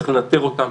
צריך לנטר אותם,